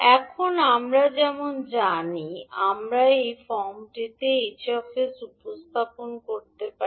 এখন আমরা যেমন জানি যে আমরা এই ফর্মটিতে 𝐻 𝑠 উপস্থাপন করতে পারি